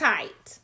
Tight